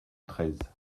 treize